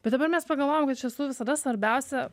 bet dabar mes pagalvojom kad iš tiesų visada svarbiausia